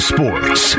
Sports